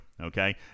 Okay